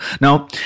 Now